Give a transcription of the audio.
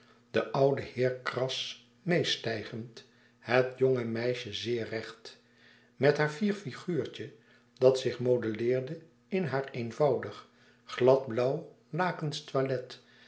de oude heer kras meêstijgend het jonge meisje zeer recht met haar fier figuurtje dat zich modelleerde in haar eenvoudig glad blauw lakensch toilet